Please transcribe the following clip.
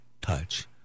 touch